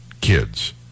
kids